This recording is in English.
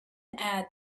add